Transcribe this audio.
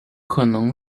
可能